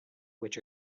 which